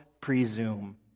presume